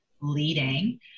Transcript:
leading